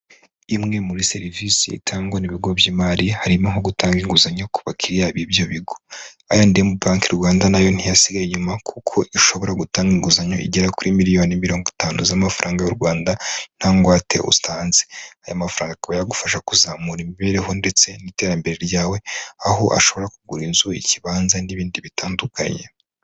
Imwe muri serivisi itangwa n'ibigo by'imari, harimo nko gutanga inguzanyo ku bakiriya b'ibyo bigo. I&M banke Rwanda na yo ntiyasigaye inyuma kuko ishobora gutanga inguzanyo igera kuri miriyoni mirongo itanu z'amafaranga y'u rwanda nta ngwate utanze. Aya mafaranga yagufasha kuzamura imibereho ndetse n'iterambere ryawe, aho ashobora kugura inzu, ikibanza n'ibindi bitandukanye.